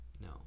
No